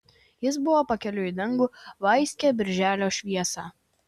jis buvo pakeliui į dangų vaiskią birželio šviesą